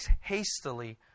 hastily